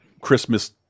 christmas